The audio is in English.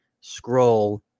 scroll